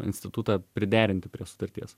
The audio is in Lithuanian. institutą priderinti prie sutarties